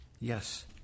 Yes